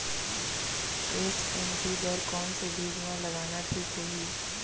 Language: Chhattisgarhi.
एच.एम.टी बर कौन से बीज मा लगाना ठीक होही?